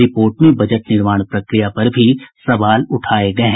report में budget निर्माण प्रक्रिया पर भी सवाल उठाये गये हैं